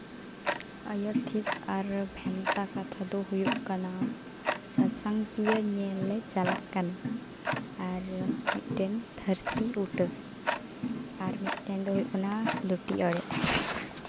ᱟᱹᱭᱟᱹᱛ ᱦᱤᱸᱥ ᱟᱨ ᱵᱷᱮᱱᱛᱟ ᱠᱟᱛᱷᱟ ᱫᱚ ᱦᱩᱭᱩᱜ ᱠᱟᱱᱟ ᱥᱟᱥᱟᱝ ᱯᱤᱭᱳ ᱧᱮᱞ ᱞᱮ ᱪᱟᱞᱟᱜ ᱠᱟᱱᱟ ᱟᱨ ᱢᱤᱫᱴᱮᱱ ᱫᱷᱟᱹᱨᱛᱤ ᱩᱴᱟᱹ ᱟᱨ ᱢᱤᱫᱴᱮᱱ ᱫᱚ ᱦᱩᱭᱩᱜ ᱠᱟᱱᱟ ᱞᱩᱴᱤ ᱚᱲᱮᱡ